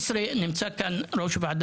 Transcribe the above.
נמצא כאן ראש הוועד